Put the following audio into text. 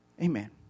Amen